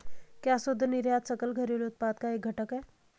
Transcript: क्या शुद्ध निर्यात सकल घरेलू उत्पाद का एक घटक है?